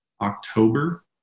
October